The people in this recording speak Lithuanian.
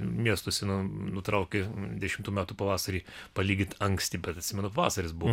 miestuose nutraukė dešimtų metų pavasarį palyginti anksti bet atsimenu pavasaris buvo